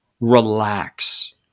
Relax